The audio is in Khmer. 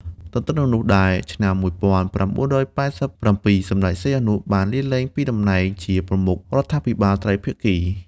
ទន្ទឹមនឹងនោះដែរឆ្នាំ ១៩៨៧ សម្តេច សីហនុ បានលាលែងពីដំណែងជាប្រមុខរដ្ឋាភិបាលត្រីភាគី។